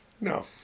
no